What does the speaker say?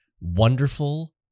wonderful